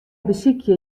besykje